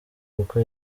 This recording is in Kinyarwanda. kuko